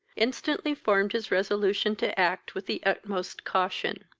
instantly formed his resolution to act with the utmost caution.